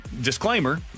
disclaimer